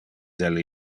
del